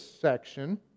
section